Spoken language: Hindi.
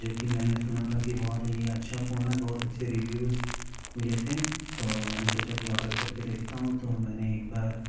जो कि मैंने सुना था कि बहुत ही अच्छा फ़ोन है बहुत अच्छे रिव्युज़ मिले थे तो मैंने सोचा कि ऑर्डर कर के देखता हूँ तो मैंने एक बार